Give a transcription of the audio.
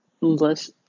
less